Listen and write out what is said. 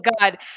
God